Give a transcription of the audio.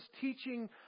teaching